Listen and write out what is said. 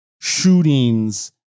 shootings